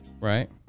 Right